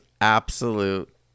absolute